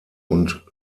und